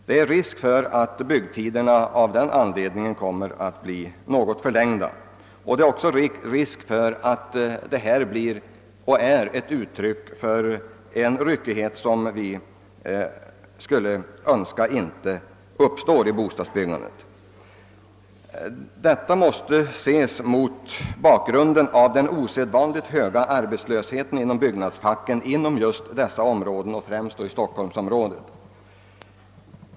Det är risk för att byggtiderna av den anledningen kommer att bli något förlängda, och det är också risk för att detta är ett uttryck för en ryckighet som vi önskar undvika i bostadsbyggandet. Detta måste ses mot bakgrunden av den osedvanligt höga arbetslösheten inom byggnadsfacket inom just dessa områden, främst stockholmsområdet.